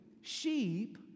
sheep